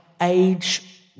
age